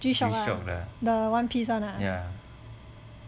G Shock ah the One Piece [one] ah